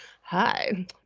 hi